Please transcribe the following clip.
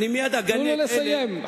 תנו לו לסיים.